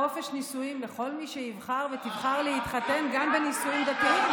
חופש נישואים לכל מי שיבחר ותבחר להתחתן גם בנישואים דתיים,